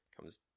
comes